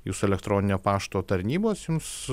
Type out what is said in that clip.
jūsų elektroninio pašto tarnybos jums